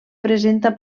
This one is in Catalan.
presenta